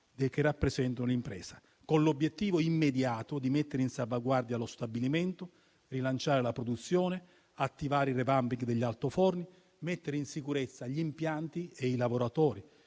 che rappresentano l'impresa), con l'obiettivo immediato di mettere in salvaguardia lo stabilimento, rilanciare la produzione, attivare il *revamping* degli altoforni, mettere in sicurezza gli impianti e i lavoratori;